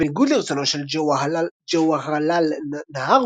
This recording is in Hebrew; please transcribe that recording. בניגוד לרצונו של ג'ווהרלל נהרו,